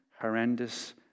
horrendous